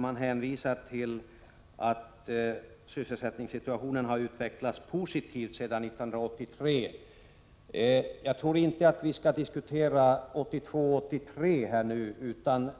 Man hänvisar till att sysselsättningssituationen har utvecklats positivt sedan 1983. Jag tycker inte att vi skall diskutera 1982 eller 1983 nu, utan